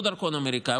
לא דרכון אמריקאי,